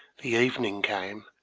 the evening came.